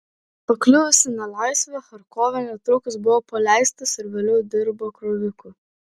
pakliuvęs į nelaisvę charkove netrukus buvo paleistas ir vėliau dirbo kroviku